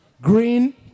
Green